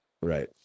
right